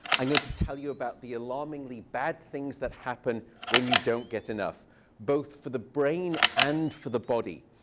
i'm going to tell you about the alarmingly bad things that happen when you don't get enough both for the brain and for the body.